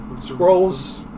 Scrolls